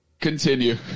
Continue